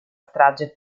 strage